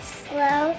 slow